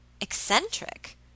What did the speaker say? Eccentric